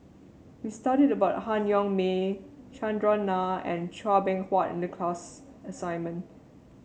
we studied about Han Yong May Chandran Nair and Chua Beng Huat in the class assignment